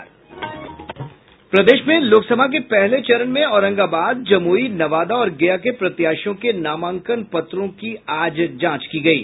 प्रदेश में लोक सभा के पहले चरण में औरंगाबाद जमुई नवादा और गया के प्रत्याशियों के नामांकन पत्रों की आज जांच की गयी